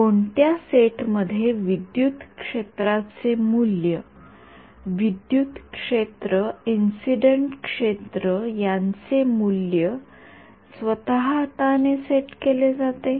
कोणत्या सेट मध्ये विद्युत क्षेत्राचे मूल्य विद्युत क्षेत्र इंसिडेन्टक्षेत्र यांचे मूल्य स्वतः हाताने सेट केले जाते